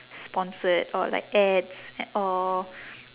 sponsored or like ads a~ or